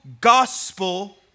gospel